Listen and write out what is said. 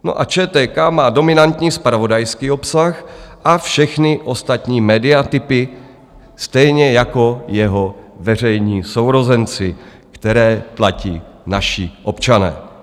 No a ČTK má dominantní zpravodajský obsah a všechny ostatní média typy stejně jako jeho veřejní sourozenci, které platí naši občané.